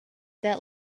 that